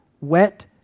wet